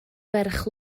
ferch